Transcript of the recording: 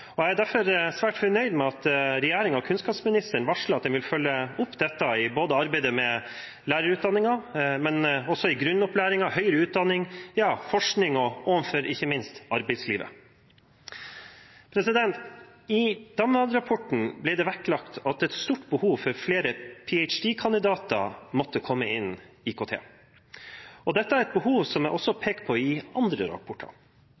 utdanningsnivå. Jeg er derfor svært fornøyd med at regjeringen og kunnskapsministeren varsler at de vil følge opp dette både i arbeidet med lærerutdanningen og også i grunnopplæringen, høyere utdanning, forskning og ikke minst arbeidslivet. I DAMVAD-rapporten ble det vektlagt et stort behov for at flere ph.d.-kandidater måtte komme innen IKT. Dette er et behov som det også er pekt på i andre rapporter.